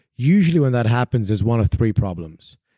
usually when that happens is one of three problems.